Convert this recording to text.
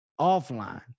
offline